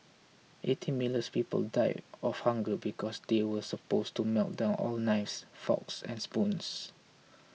eighteen millions people died of hunger because they were supposed to melt down all knives forks and spoons